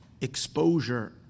exposure